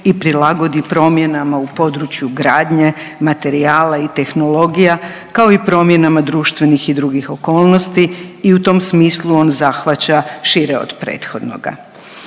i prilagodi promjenama u području gradnje, materijala i tehnologija kao i promjenama društvenih i drugih okolnosti i u tom smislu on zahvaća šire od prethodnoga.